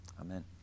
Amen